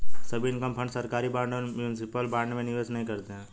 सभी income fund सरकारी bond और म्यूनिसिपल बॉन्ड में निवेश नहीं करते हैं